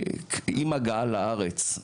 עם ההגעה לארץ,